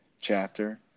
chapter